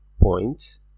point